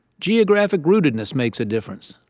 geographic rootedness makes a difference.